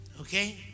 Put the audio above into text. okay